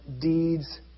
deeds